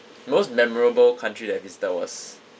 most memorable country that I visited was